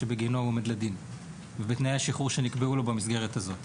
שבגינו הוא עומד לדין ובתנאי השחרור שנקבעו לו במסגרת הזו.